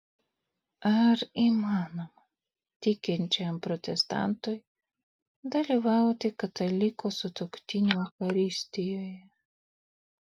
ar įmanoma tikinčiajam protestantui dalyvauti kataliko sutuoktinio eucharistijoje